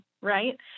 right